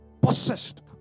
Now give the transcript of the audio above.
possessed